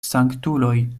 sanktuloj